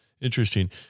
Interesting